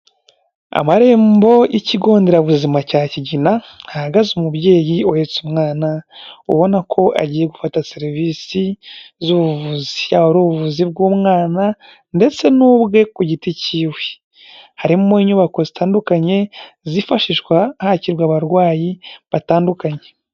Amarembo y'ikigo nderabuzima cya Kigina hahagaze umubyeyi uretse umwana, ubona ko agiye gufata serivisi z'ubuvuzi, yaba ari ubuvuzi bw'umwana ndetse n'ubwe ku giti kiwe, harimo inyubako zitandukanye zifashishwa hakirwa abarwayi batandukanye.